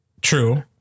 True